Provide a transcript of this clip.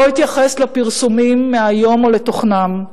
לא אתייחס לפרסומים מהיום ולתוכנם.